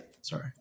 Sorry